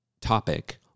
topic